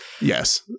Yes